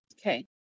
Okay